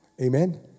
Amen